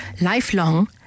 lifelong